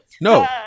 no